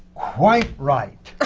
quite right!